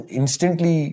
instantly